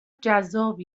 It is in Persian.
جذاب